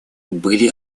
были